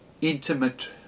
intimate